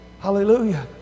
Hallelujah